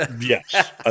Yes